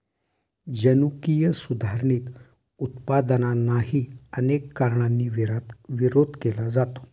जनुकीय सुधारित उत्पादनांनाही अनेक कारणांनी विरोध केला जातो